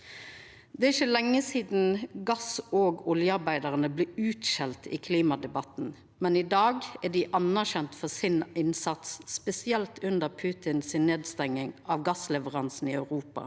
Det er ikkje lenge sidan gass- og oljearbeidarane blei skjelte ut i klimadebatten, men i dag er dei anerkjende for innsatsen sin, spesielt under Putins nedstenging av gassleveransane i Europa.